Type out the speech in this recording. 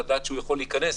לדעת שהוא יכול להיכנס,